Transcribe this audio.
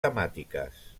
temàtiques